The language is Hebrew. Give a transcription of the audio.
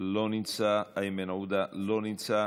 לא נמצא, איימן עודה, לא נמצא.